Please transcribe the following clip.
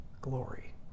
glory